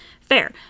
fair